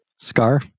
Scar